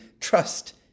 trust